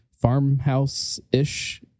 farmhouse-ish